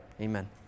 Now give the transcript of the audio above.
Amen